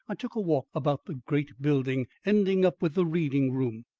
i took a walk about the great building, ending up with the reading-room.